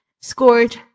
scored